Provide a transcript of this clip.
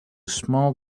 small